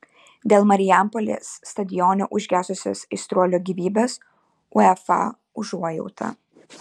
dėl marijampolės stadione užgesusios aistruolio gyvybės uefa užuojauta